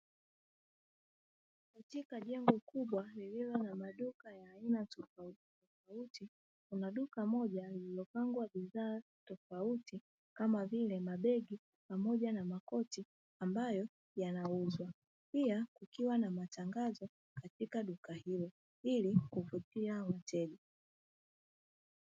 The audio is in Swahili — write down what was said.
Katika jengo kubwa lililo na maduka ya aina tofautitofauti, kuna duka moja lililopangwa bidhaa tofauti, kama vile mabegi pamoja na makoti, ambayo yanauzwa; pia kuki.wa na matangazo katika duka hilo ili kuvutia wateja.